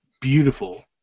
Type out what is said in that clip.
beautiful